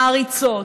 מעריצות.